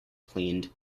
cleaned